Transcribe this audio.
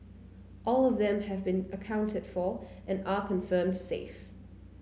all of them have been accounted for and are confirmed safe